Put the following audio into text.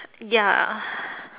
ya